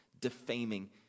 defaming